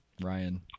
Ryan